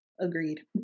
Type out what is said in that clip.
Agreed